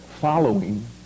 following